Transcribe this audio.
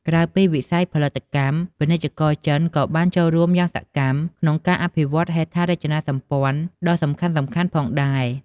ក្រៅពីវិស័យផលិតកម្ម ពាណិជ្ជករចិនក៏បានចូលរួមយ៉ាងសកម្មក្នុងការអភិវឌ្ឍហេដ្ឋារចនាសម្ព័ន្ធដ៏សំខាន់ៗផងដែរ។